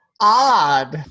odd